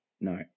No